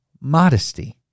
Modesty